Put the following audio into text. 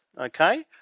okay